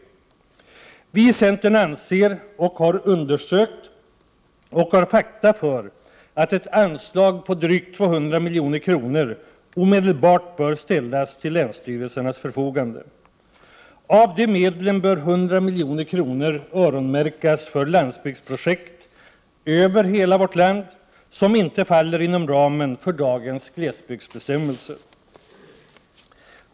Viicentern anser — vi har undersökt saken och har fakta som stöder detta krav — att ett anslag på drygt 200 milj.kr. omedelbart bör ställas till länsstyrelsernas förfogande. Av de medlen bör 100 milj.kr. öronmärkas för landsbygdsprojekt över hela vårt land som inte faller inom ramen för dagens glesbygdsbestämmelser.